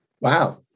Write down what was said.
Wow